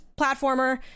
platformer